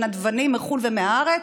של נדבנים מחו"ל ומהארץ?